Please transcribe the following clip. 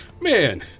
Man